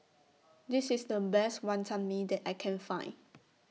This IS The Best Wantan Mee that I Can Find